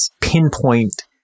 pinpoint